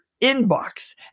inbox